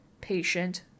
patient